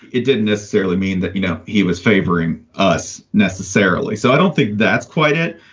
it didn't necessarily mean that, you know, he was favoring us necessarily. so i don't think that's quite it.